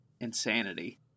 insanity